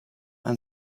and